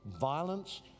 Violence